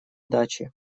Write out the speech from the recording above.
дачи